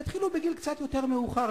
יתחילו בגיל קצת יותר מאוחר,